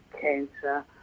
cancer